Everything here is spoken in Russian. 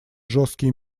жесткие